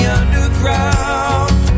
underground